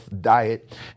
diet